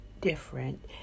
different